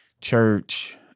church